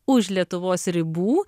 už lietuvos ribų